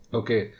okay